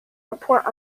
report